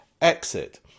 exit